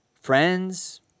Friends